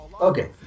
Okay